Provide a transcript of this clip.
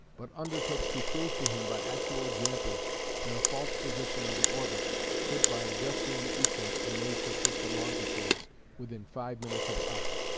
but undertook to prove to him by actual examples that a false position of the orbit could by adjusting the equant be made to fit the longitudes within five minutes of arc,